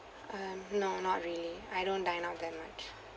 um no not really I don't dine out that much